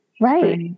Right